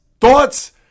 thoughts